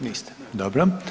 Niste, dobro.